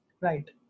Right